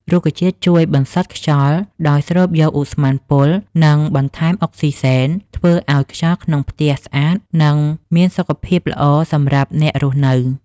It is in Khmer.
រុក្ខជាតិជួយបន្សុទ្ធខ្យល់ ដោយស្រូបយកឧស្ម័នពុល និងបន្ថែមអុកស៊ីសែន ធ្វើឲ្យខ្យល់ក្នុងផ្ទះស្អាត និងមានសុខភាពល្អសម្រាប់អ្នករស់នៅ។